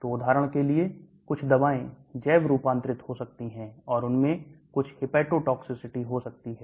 तो उदाहरण के लिए कुछ दवाएं जैव रूपांतरित हो सकती हैं और उनमें कुछ hepatotoxicity हो सकती हैं